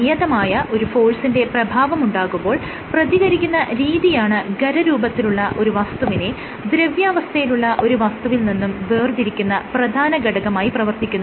നിയതമായ ഒരു ഫോഴ്സിന്റെ പ്രഭാവമുണ്ടാകുമ്പോൾ പ്രതികരിക്കുന്ന രീതിയാണ് ഖരരൂപത്തിലുള്ള ഒരു വസ്തുവിനെ ദ്രവ്യാവസ്ഥയിലുള്ള വസ്തുവിൽ നിന്നും വേർതിരിക്കുന്ന പ്രധാന ഘടകമായി പ്രവർത്തിക്കുന്നത്